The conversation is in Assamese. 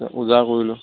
ওজা কৰিলোঁ